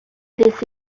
this